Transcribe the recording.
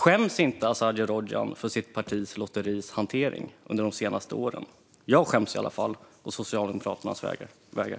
Skäms inte Azadeh Rojhan för sitt partis lotteris hantering under de senaste åren? Jag skäms i alla fall å Socialdemokraternas vägnar.